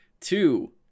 two